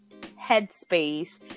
headspace